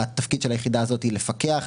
התפקיד של היחידה הזאת הוא לפקח,